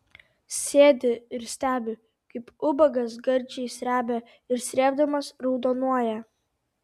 sėdi ir stebi kaip ubagas gardžiai srebia ir srėbdamas raudonuoja